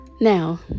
Now